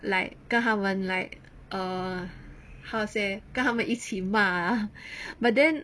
like 跟他们 like err how to say 跟他们一起骂 but then